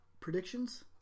predictions